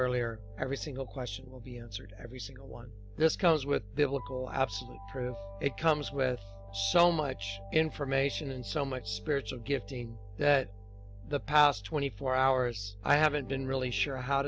earlier every single question will be answered every single one just comes with biblical absolute proof it comes with so much information and so much spiritual gifting that the past twenty four hours i haven't been really sure how